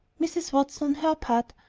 mrs. watson, on her part,